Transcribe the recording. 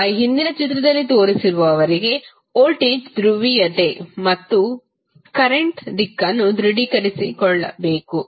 ಈಗ ಹಿಂದಿನ ಚಿತ್ರದಲ್ಲಿ ತೋರಿಸಿರುವವರಿಗೆ ವೋಲ್ಟೇಜ್ ಧ್ರುವೀಯತೆ ಮತ್ತು ಪ್ರಸ್ತುತ ದಿಕ್ಕನ್ನು ದೃಡೀಕರಿಸಬೇಕು